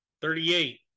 Thirty-eight